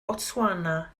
botswana